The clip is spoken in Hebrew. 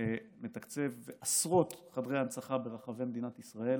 מתקצב עשרות חדרי הנצחה ברחבי מדינת ישראל